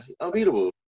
unbeatable